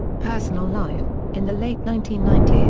personal life in the late nineteen ninety s,